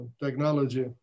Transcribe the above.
technology